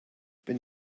wenn